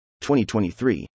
2023